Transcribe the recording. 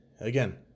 Again